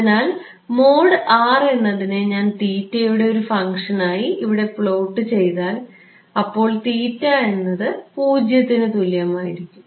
അതിനാൽ എന്നതിനെ ഞാൻ യുടെ ഒരു ഫംഗ്ഷൻ ആയി ഇവിടെ പ്ലോട്ട് ചെയ്താൽ അപ്പോൾ എന്നത് 0 ന് തുല്യമായിരിക്കും